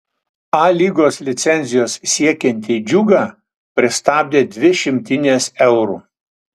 a lygos licencijos siekiantį džiugą pristabdė dvi šimtinės eurų